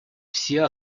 все